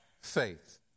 faith